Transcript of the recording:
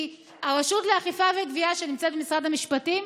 כי הרשות לאכיפה וגבייה, שנמצאת במשרד המשפטים,